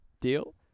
Deal